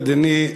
אדוני,